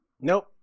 nope